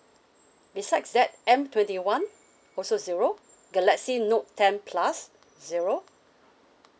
besides that M twenty one also zero galaxy note ten plus zero